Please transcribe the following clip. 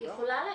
גם.